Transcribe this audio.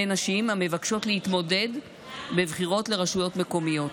נשים המבקשות להתמודד בבחירות לרשויות מקומיות.